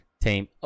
team